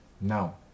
No